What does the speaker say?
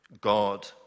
God